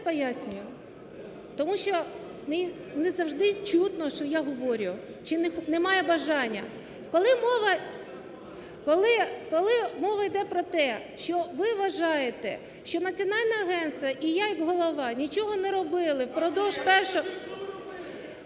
раз пояснюю, тому що не завжди чутно, що я говорю чи немає бажання. Коли мова йде про те, що, ви вважаєте, що Національне агентство і я як голова нічого не робили впродовж першого…